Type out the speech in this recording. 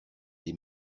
des